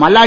Malladi